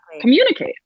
communicate